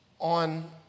on